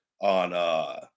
on